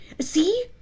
See